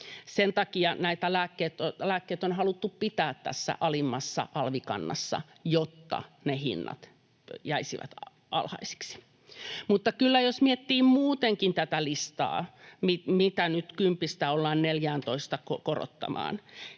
Sen takia näitä lääkkeitä on haluttu pitää tässä alimmassa alvikannassa, jotta ne hinnat jäisivät alhaisiksi. Mutta kyllä jos miettii muutenkin tätä listaa, mitä nyt kympistä ollaan